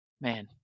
man